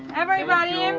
everybody and